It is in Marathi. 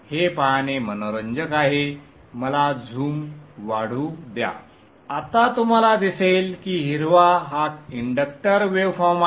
हे पाहणे मनोरंजक आहे मला झूम वाढू द्या आता तुम्हाला दिसेल की हिरवा हा इंडक्टर वेवफॉर्म आहे